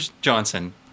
Johnson